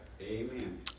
Amen